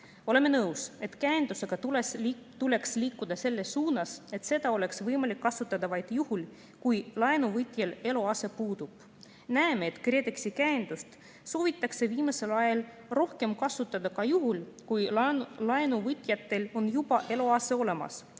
Oleme nõus, et käendusega tuleks liikuda selles suunas, et seda oleks võimalik kasutada vaid juhul, kui laenuvõtjal eluase puudub. Näeme, et KredExi käendust soovitakse viimasel ajal rohkem kasutada ka juhul, kui laenuvõtjatel on juba eluase olemas,